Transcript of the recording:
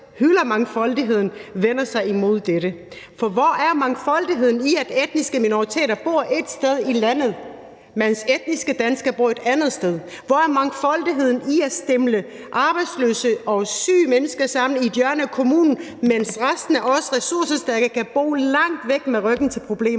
hylder mangfoldigheden, vender sig imod dette. For hvor er mangfoldigheden i, at etniske minoriteter bor et sted i landet, mens etniske danskere bor et andet sted? Hvor er mangfoldigheden i at stimle arbejdsløse og syge mennesker sammen i et hjørne af kommunen, mens resten af os ressourcestærke kan bo langt væk med ryggen til problemerne?